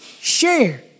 share